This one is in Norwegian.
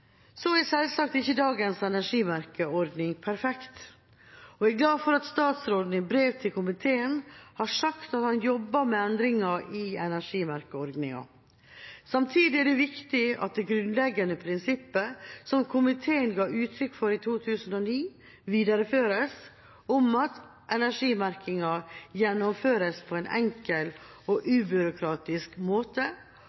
Så er selvsagt ikke dagens energimerkeordning perfekt. Jeg er glad for at statsråden i brev til komiteen har sagt at han jobber med endringer i energimerkeordninga. Samtidig er det viktig at det grunnleggende prinsippet som komiteen ga uttrykk for i 2009, videreføres, «at energimerkingen gjennomføres på en enkel og ubyråkratisk måte,